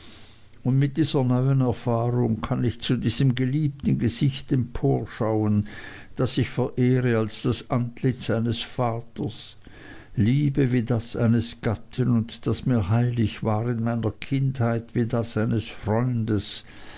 und mit dieser neuen erfahrung kann ich zu diesem geliebten gesicht emporschauen das ich verehre als das antlitz eines vaters liebe wie das eines gatten und das mir heilig war in meiner kindheit wie das eines freundes